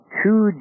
two